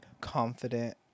confident